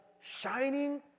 shining